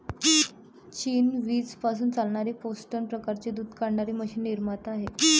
चीन वीज पासून चालणारी पिस्टन प्रकारची दूध काढणारी मशीन निर्माता आहे